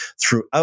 throughout